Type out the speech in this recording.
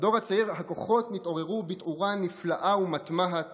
"הכוחות נתעוררו בתעורה נפלאה ומתמהת